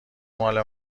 مال